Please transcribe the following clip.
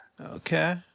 Okay